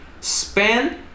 spend